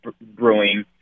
brewing